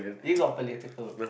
you got political